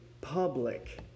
public